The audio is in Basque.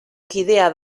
kidea